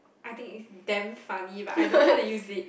I think is damn funny but I don't know how to use it